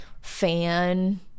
fan